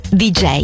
dj